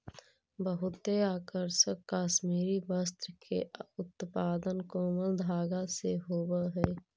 बहुते आकर्षक कश्मीरी वस्त्र के उत्पादन कोमल धागा से होवऽ हइ